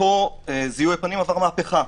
זיהוי הפנים עבר מהפכה,